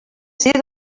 ser